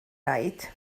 raid